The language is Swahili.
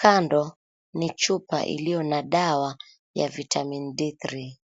Kando ni chupa iliyo na dawa ya Vitamin D3.